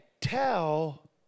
tell